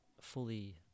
fully